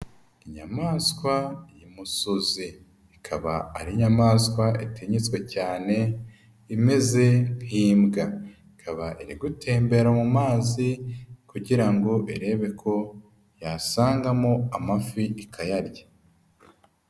Inyamaswa y'imusozi, ikaba ari inyamaswa itinyitse cyane imeze nk'imbwa, ikaba iri gutembera mu mazi kugira ngo irebe ko yasangamo amafi ikayarya.